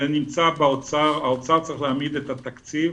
זה נמצא באוצר, האוצר צריך להעמיד את התקציב,